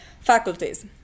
faculties